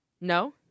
No